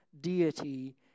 deity